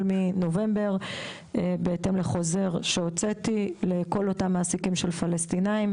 מנובמבר בהתאם לחוזר שהוצאתי לכל אותם מעסיקים של פלשתינאים,